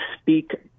speak